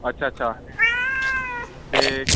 अच्छा अच्छा ते